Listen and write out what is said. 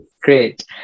Great